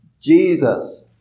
Jesus